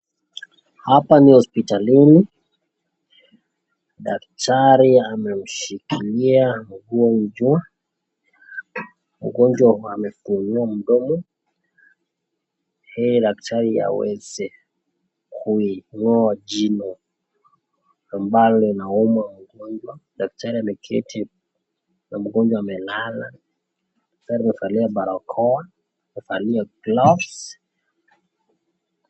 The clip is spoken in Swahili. Hapa ni hospitalini, daktari ameshikilia mgonjwa, mgonjwa amepanua mdomo ili daktari aweze kuing'oa jino ambalo linauma mgonjwa. Daktari ameketi na mgonjwa amelala, daktari amevalia barakoa amevalia gloves